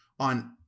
On